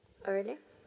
oh really